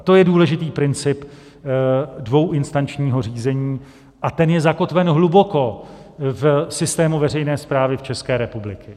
To je důležitý princip dvouinstančního řízení a ten je zakotven hluboko v systému veřejné správy České republiky.